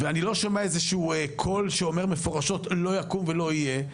ואני לא שומע איזה שהוא קול שאומר מפורשות לא יקום ולא יהיה,